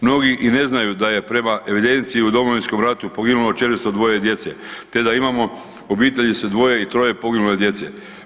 Mnogi i ne znaju da je prema evidenciji u Domovinskom ratu poginulo 402 djece te da imamo obitelji sa dvoje i troje poginule djece.